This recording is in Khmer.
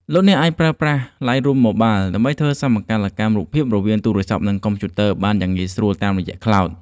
លោកអ្នកអាចប្រើប្រាស់ ឡៃរូម ម៉ូបាល ដើម្បីធ្វើសមកាលកម្មរូបភាពរវាងទូរស័ព្ទ និងកុំព្យូទ័របានយ៉ាងងាយស្រួលតាមរយៈ ខ្លោដ ។